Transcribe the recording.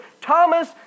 Thomas